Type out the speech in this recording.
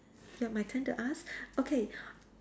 ya my turn to ask okay